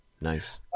Nice